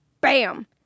bam